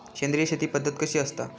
सेंद्रिय शेती पद्धत कशी असता?